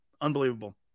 Unbelievable